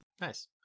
nice